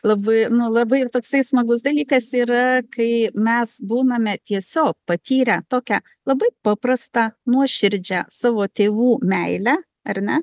labai nu labai toksai smagus dalykas yra kai mes būname tiesiog patyrę tokią labai paprastą nuoširdžią savo tėvų meilę ar ne